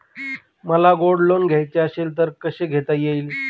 मला gold loan घ्यायचे असेल तर कसे घेता येईल?